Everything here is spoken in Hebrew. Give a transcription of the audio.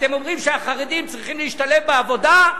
אתם אומרים שהחרדים צריכים להשתלב בעבודה?